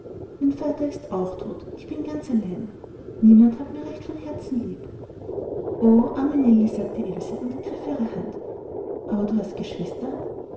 meine vater ist auch tot ich bin ganz allein niemand hat mir recht von herzen lieb arme nellie sagte ilse und ergriff ihre hand aber du hast geschwister